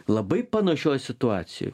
labai panašioj situacijoj